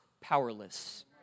powerless